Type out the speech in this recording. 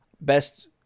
best